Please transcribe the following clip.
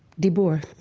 dibur,